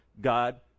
God